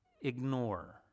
ignore